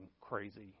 crazy